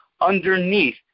underneath